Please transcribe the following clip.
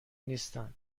نیستن